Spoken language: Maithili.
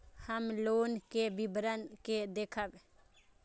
हम लोन के विवरण के देखब?